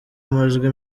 amajwi